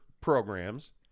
programs